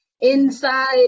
inside